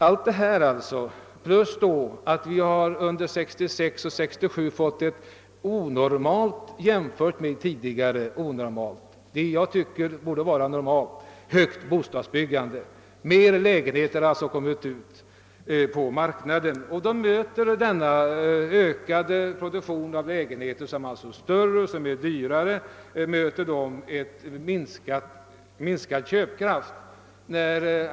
Allt det nämnda jämte det förhållandet, att vi under 1966 och 1967 fått ett enligt min mening mycket stort bostadsbyggande med fler lägenheter som kommer ut på marknaden, inträffar samtidigt med minskad köpkraft.